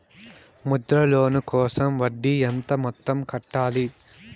Mudra loan కోసం వడ్డీ ఎంత మొత్తం కట్టాలి